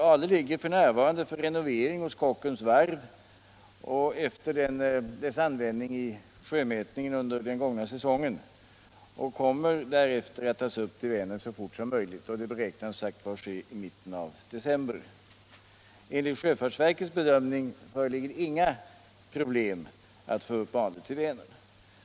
Ale ligger f.n. för renovering på Kockums varv efter fartygets användning vid sjömätningen under den gångna säsongen och kommer därefter att tas upp till Vänern så fort som möjligt. Detta beräknas som sagt ske i mitten av december. Enligt sjöfartsverkets bedömning föreligger inga problem med att få upp Ale till Vänern.